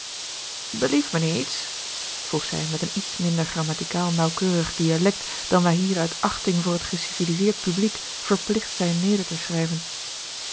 belieft mijnheer iets vroeg zij met een iets minder grammatigeorge een ongeluksvogel caal naauwkeurig dialect dan wij hier uit achting voor het geciviliseerd publiek verpligt zijn neder te schrijven